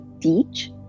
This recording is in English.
teach